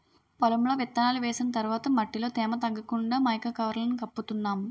పొలంలో విత్తనాలు వేసిన తర్వాత మట్టిలో తేమ తగ్గకుండా మైకా కవర్లను కప్పుతున్నాం